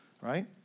right